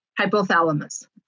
hypothalamus